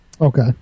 Okay